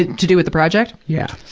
to do with the project? yeah.